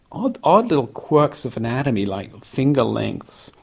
odd odd little quirks of anatomy like finger lengths,